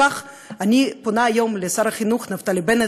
לכן אני פונה היום לשר החינוך נפתלי בנט.